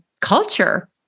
culture